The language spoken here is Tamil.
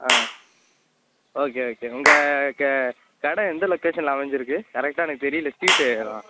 ஆ ஓகே ஓகே உங்கள் கடை எந்த லொக்கேஷனில் அமைஞ்சிருக்கு கரெக்டாக எனக்கு தெரியலை ஸ்ட்ரீட்டு ஆ